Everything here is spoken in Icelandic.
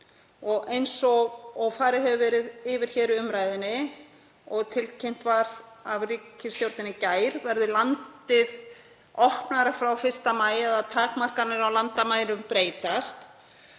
Eins og farið hefur verið yfir hér í umræðunni og tilkynnt var af ríkisstjórninni í gær verður landið opnara frá 1. maí eða takmarkanir á landamærum breytast.